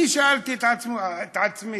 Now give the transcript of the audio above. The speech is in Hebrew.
אני שאלתי את עצמי,